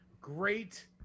great